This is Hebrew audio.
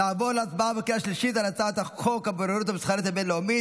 נעבור להצבעה בקריאה השלישית על הצעת חוק הבוררות המסחרית הבין-לאומית,